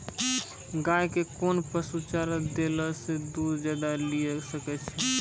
गाय के कोंन पसुचारा देला से दूध ज्यादा लिये सकय छियै?